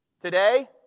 Today